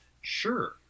sure